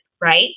right